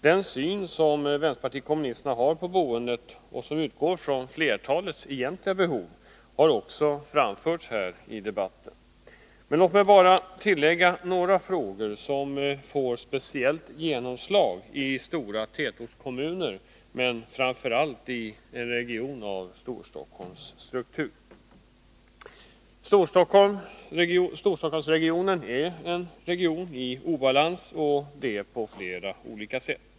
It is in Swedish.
Den syn som vänsterpartiet kommunisterna har på boendet, och som utgår från flertalets egentliga behov, har också framförts här i debatten. Jag vill tillägga några frågor som får speciellt genomslag i stora tätortskommuner men framför allt i en region av Storstockholms struktur. Storstockholmsregionen är en region i obalans, och det på flera sätt.